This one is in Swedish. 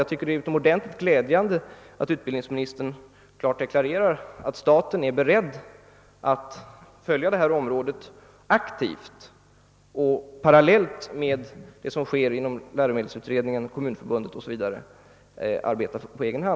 Jag tycker det är utomordentligt glädjande att utbildningsministern klart deklarerar att staten är beredd att aktivt arbeta inom detta område parallellt med det arbete som pågår genom läromedelsutredningen, Kommunförbundet o.s.v.